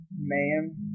Man